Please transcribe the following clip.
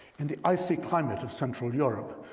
in the icy climate of central europe,